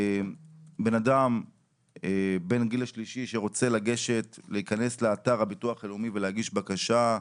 בן אדם בן הגיל השלישי שרוצה להיכנס לאתר הביטוח הלאומי ולהגיש בקשה,